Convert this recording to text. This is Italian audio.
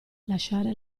lasciare